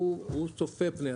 הוא צופה פני עתיד,